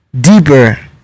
deeper